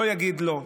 לא יגיד לא.